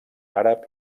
àrab